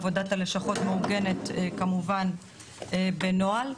עבודת הלשכות מעוגנת, כמובן, בנוהל.